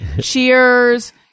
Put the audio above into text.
cheers